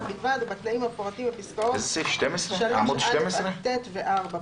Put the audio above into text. בלבד ובתנאים המפורטים בפסקאות (3)(א) עד (ט) ו-(4).